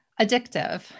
Addictive